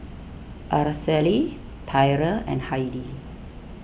Araceli Tyrell and Heidi